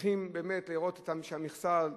צריכים לראות שהמכסה,